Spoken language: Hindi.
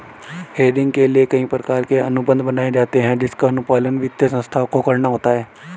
हेजिंग के लिए कई प्रकार के अनुबंध बनाए जाते हैं जिसका अनुपालन वित्तीय संस्थाओं को करना होता है